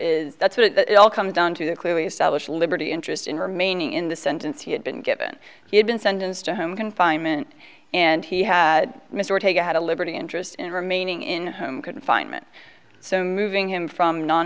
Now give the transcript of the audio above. is that's what it all comes down to that clearly established liberty interest in remaining in the sentence he had been given he had been sentenced to home confinement and he had missed ortega had a liberty interest in remaining in home confinement so moving him from non